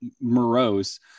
morose